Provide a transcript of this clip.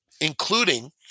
including